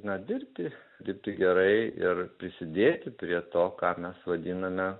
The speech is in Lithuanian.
na dirbti dirbti gerai ir prisidėti prie to ką mes vadiname